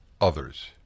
others